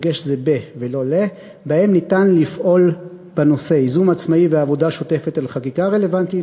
שבהם ניתן לפעול בנושא: ייזום עצמאי ועבודה שוטפת על חקיקה רלוונטית,